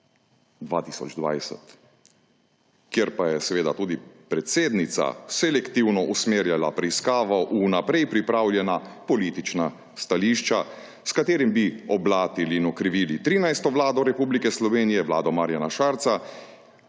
2020, kjer pa je seveda tudi predsednica selektivno usmerjala preiskavo v naprej pripravljena politična stališča, s katerimi bi oblatili in okrivili 13. vlado Republike Slovenije, vlado Marjana Šarca,